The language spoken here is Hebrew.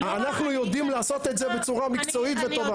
אנחנו יודעים לעשות את זה בצורה מקצועית וטובה.